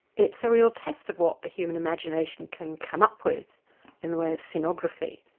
it's a real test of what the human imagination can come up with in the way of cinography.